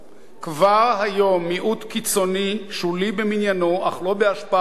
מיעוט קיצוני, שולי במניינו אך לא בהשפעתו,